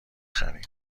خریم